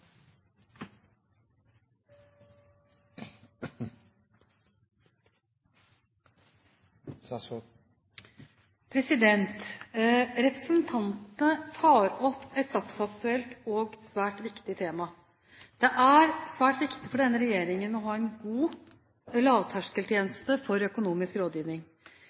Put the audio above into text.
dag. Representantene tar opp et dagsaktuelt og svært viktig tema. Det er svært viktig for denne regjeringen å ha en god lavterskeltjeneste for økonomisk rådgivning.